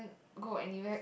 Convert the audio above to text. go anywhere